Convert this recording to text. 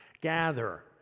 gather